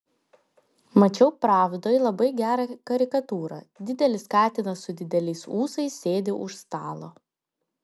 mačiau pravdoj labai gerą karikatūrą didelis katinas su dideliais ūsais sėdi už stalo